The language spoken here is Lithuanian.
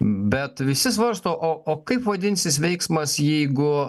bet visi svarsto o kaip vadinsis veiksmas jeigu